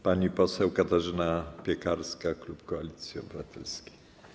Pani poseł Katarzyna Piekarska, klub Koalicji Obywatelskiej.